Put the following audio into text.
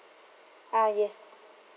ah yes